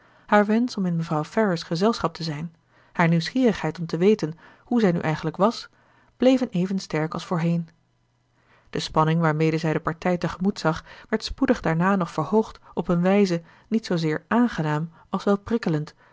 haar wensch om in mevrouw ferrars gezelschap te zijn haar nieuwsgierigheid om te weten hoe zij nu eigenlijk was bleven even sterk als voorheen de spanning waarmede zij de partij tegemoet zag werd spoedig daarna nog verhoogd op een wijze niet zoozeer aangenaam als